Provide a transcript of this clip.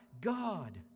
God